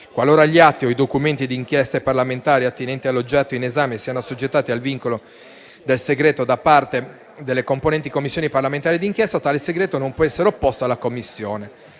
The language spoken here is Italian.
Qualora gli atti o i documenti di inchieste parlamentari attinenti all'oggetto in esame siano assoggettati al vincolo del segreto da parte delle competenti Commissioni parlamentari d'inchiesta, tale segreto non può essere opposto alla Commissione.